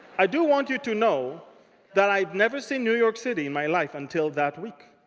i do want you to know that i've never seen new york city in my life until that week.